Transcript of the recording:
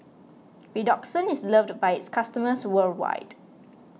Redoxon is loved by its customers worldwide